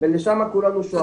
ולשם כולנו שואפים.